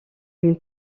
une